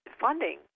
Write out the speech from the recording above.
funding